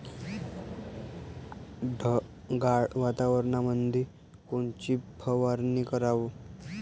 ढगाळ वातावरणामंदी कोनची फवारनी कराव?